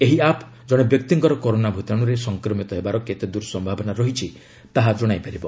ଏହି ଆପ୍ ଜଣେ ବ୍ୟକ୍ତିଙ୍କର କରୋନା ଭୂତାଣୁରେ ସଂକ୍ରମିତ ହେବାର କେତେଦୂର ସମ୍ଭାବନା ରହିଛି ତାହା ଜଶାଇ ପାରିବ